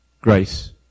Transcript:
grace